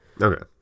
Okay